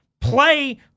Play